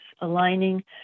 aligning